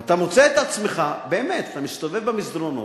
ואתה מוצא את עצמך, באמת, כשאתה מסתובב במסדרונות,